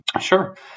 Sure